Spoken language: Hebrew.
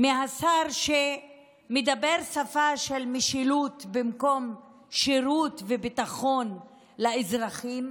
השר שמדבר שפה של משילות במקום שירות וביטחון לאזרחים,